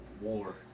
War